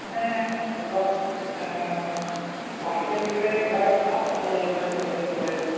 মানে অলপ চাহখেতিৰ বিষয়ে ধৰক চাহখেতি ধৰক কেনেকৈ কৰে